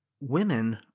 Women